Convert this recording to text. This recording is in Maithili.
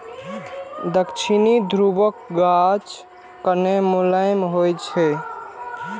दक्षिणी ध्रुवक गाछ कने मोलायम होइ छै